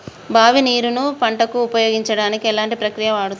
బావి నీరు ను పంట కు ఉపయోగించడానికి ఎలాంటి ప్రక్రియ వాడుతం?